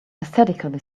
aesthetically